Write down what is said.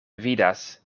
vidas